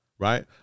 Right